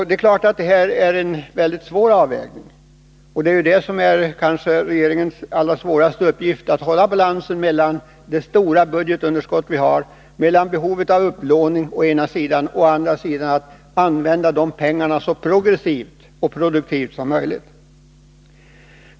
Det är klart att detta är en mycket svår avvägning, och regeringens kanske allra svåraste uppgift är att hålla balansen mellan å ena sidan det stora budgetunderskott vi har och behovet av upplåning och å den andra angelägenheten av att använda resurserna så progressivt och produktivt som möjligt.